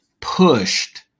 pushed